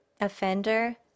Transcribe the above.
offender